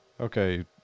Okay